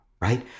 right